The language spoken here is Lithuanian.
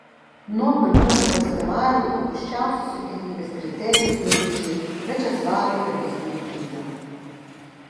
nuo pirmųjų festivalių aukščiausius siekiamybės kriterijus nubrėžė viačeslavo ganelino trio